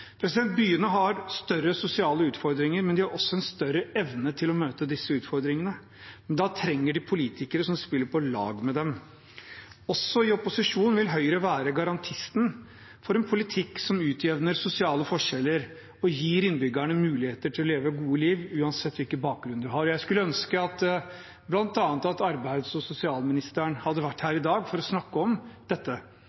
Byene har større sosiale utfordringer, men de har også en større evne til å møte disse utfordringene. Da trenger de politikere som spiller på lag med dem. Også i opposisjon vil Høyre være garantisten for en politikk som utjevner sosiale forskjeller og gir innbyggerne muligheter til å leve et godt liv, uansett hvilken bakgrunn man har. Jeg skulle ønske at bl.a. arbeids- og sosialministeren hadde vært her